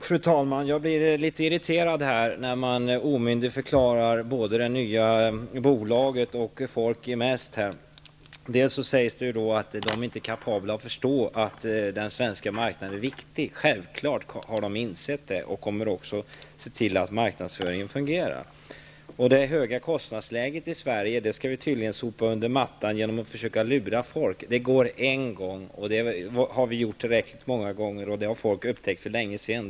Fru talman! Jag blir litet irriterad över att man omyndigförklarar både det nya bolaget och folk i allmänhet. Det sägs t.ex. att man inte är kapabel att förstå att den svenska marknaden är viktig. Självklart har man insett det, och man kommer också att se till att marknadsföringen fungerar. Det höga kostnadsläget i Sverige skall vi tydligen försöka sopa under mattan genom att försöka lura folk. Det går att göra en gång. Men detta har vi redan gjort tillräckligt många gånger. Människorna har för länge sedan upptäckt vad det är fråga om.